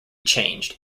changed